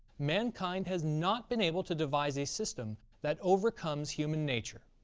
mankind has not been able to devise a system that overcomes human nature,